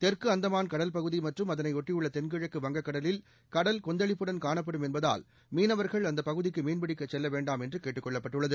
தெற்கு அந்தமான் கடல்பகுதி மற்றும் அதனைபொட்டியுள்ள தென்கிழக்கு வங்கக்கடலில் கடல் கொந்தளிப்புடன் காணப்படும் என்பதால் மீனவா்கள் அந்த பகுதிக்கு மீன்பிடிக்க செல்ல வேண்டாம் என்று கேட்டுக் கொள்ளப்பட்டுள்ளது